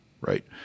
right